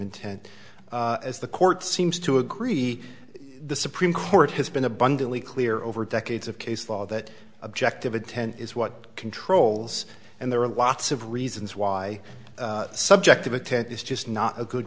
intent as the court seems to agree the supreme court has been abundantly clear over decades of case law that objective intent is what controls and there are lots of reasons why subjective attack is just not a good